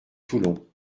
toulon